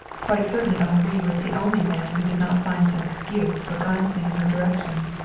quite certainly henri was the only man who did not find some excuse for glancing in her direction.